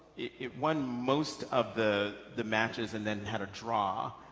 it won most of the the matches and then had a draw.